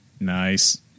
Nice